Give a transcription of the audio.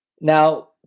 Now